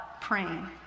praying